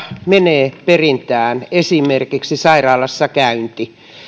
menee perintään esimerkiksi sairaalassa käynti